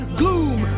gloom